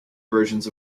versions